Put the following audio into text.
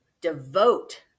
Devote